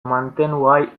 mantenugai